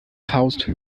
faust